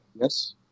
Yes